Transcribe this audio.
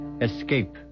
Escape